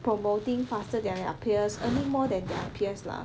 promoting faster than their peers earning more than their peers lah